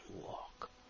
Walk